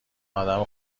آدم